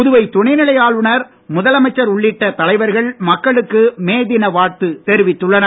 புதுவை துணைநிலை ஆளுநர் முதலமைச்சர் உள்ளிட்ட தலைவர்கள் மக்களுக்கு மே தின வாழ்த்து தெரிவித்துள்ளனர்